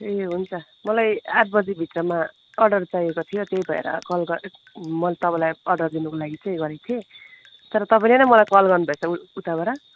ए हुन्छ मलाई आठ बजीभित्रमा अर्डर चाहिएको थियो त्यही भएर कल गरेको मैले तपाईँलाई अर्डर दिनुको लागि चाहिँ गरेकी थिएँ तर तपाईँले नै मलाई कल गर्नुभएछ उताबाट